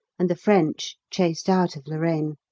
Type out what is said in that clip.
and the french chased out of lorraine.